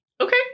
Okay